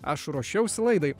aš ruošiausi laidai